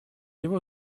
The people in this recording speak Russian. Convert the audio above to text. его